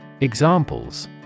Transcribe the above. Examples